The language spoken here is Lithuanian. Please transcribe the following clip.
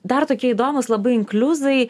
dar tokie įdomūs labai inkliuzai